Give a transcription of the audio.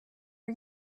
are